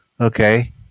Okay